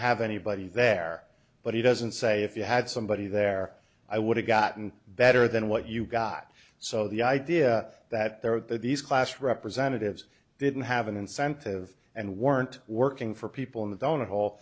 have anybody there but he doesn't say if you had somebody there i would have gotten better than what you got so the idea that there are these class representatives didn't have an incentive and weren't working for people in the donut hole